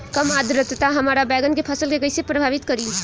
कम आद्रता हमार बैगन के फसल के कइसे प्रभावित करी?